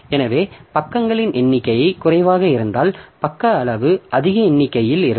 எனவே பக்கங்களின் எண்ணிக்கை குறைவாக இருந்தால் பக்க அளவு அதிக எண்ணிக்கையில் இருக்கும்